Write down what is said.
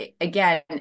again